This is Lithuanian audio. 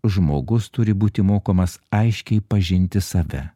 žmogus turi būti mokomas aiškiai pažinti save